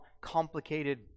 complicated